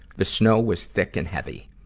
the snow was thick and heavy.